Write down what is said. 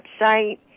website